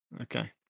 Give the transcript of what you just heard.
Okay